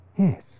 Yes